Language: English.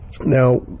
Now